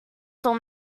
store